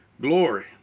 glory